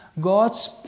God's